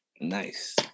Nice